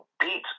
beat